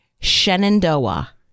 Shenandoah